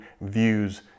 views